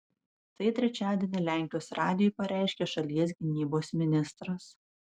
tai trečiadienį lenkijos radijui pareiškė šalies gynybos ministras